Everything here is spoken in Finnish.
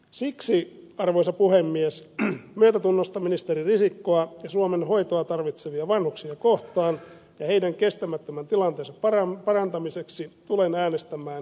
siksi arvoisa puhemies myötätunnosta ministeri risikkoa ja suomen hoitoa tarvitsevia vanhuksia kohtaan ja heidän kestämättömän tilanteensa parantamiseksi tulen äänestämään epäluottamusponnen puolesta